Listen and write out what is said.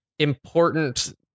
important